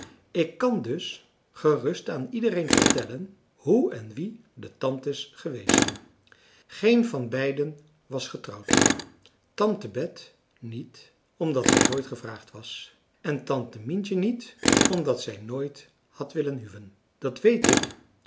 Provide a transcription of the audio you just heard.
ik kan dus gerust aan iedereen vertellen hoe en wie de tantes geweest zijn geen van beiden was getrouwd tante bet niet omdat zij nooit gevraagd was en tante mientje niet omdat zij nooit had willen huwen dat weet ik